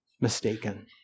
mistaken